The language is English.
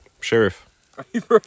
sheriff